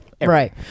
Right